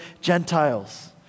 Gentiles